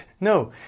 No